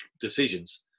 decisions